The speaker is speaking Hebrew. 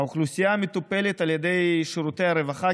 האוכלוסייה המטופלת על ידי שירותי הרווחה,